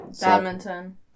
badminton